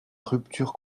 rupture